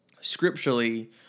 scripturally